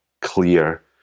clear